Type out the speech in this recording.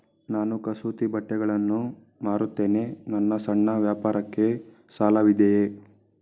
ನಾನು ಕಸೂತಿ ಬಟ್ಟೆಗಳನ್ನು ಮಾರುತ್ತೇನೆ ನನ್ನ ಸಣ್ಣ ವ್ಯಾಪಾರಕ್ಕೆ ಸಾಲವಿದೆಯೇ?